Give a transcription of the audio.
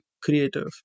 creative